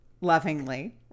lovingly